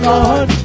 Lord